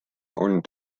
olnud